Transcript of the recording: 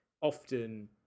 often